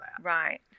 Right